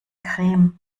creme